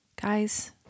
Guys